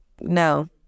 no